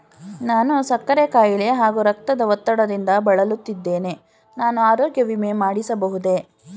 ನಾನು ಸಕ್ಕರೆ ಖಾಯಿಲೆ ಹಾಗೂ ರಕ್ತದ ಒತ್ತಡದಿಂದ ಬಳಲುತ್ತಿದ್ದೇನೆ ನಾನು ಆರೋಗ್ಯ ವಿಮೆ ಮಾಡಿಸಬಹುದೇ?